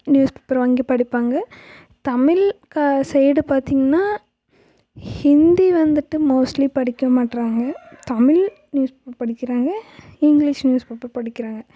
news paper வாங்கி படிப்பாங்க தமிழ் கா சைடு பார்த்தீங்கன்னா ஹிந்தி வந்துட்டு மோஸ்ட்லி படிக்க மாட்டேறாங்க தமிழ் நியூஸ் பேப்பர் படிக்கிறாங்க இங்கிலிஷ் நியூஸ் பேப்பர் படிக்கிறாங்க